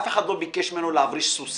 אף אחד לא ביקש ממנו להבריש סוסים.